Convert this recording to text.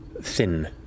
Thin